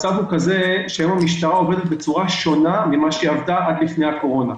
כיום המשטרה עובדת בצורה שומה ממשה שעבדה לפני הקורונה.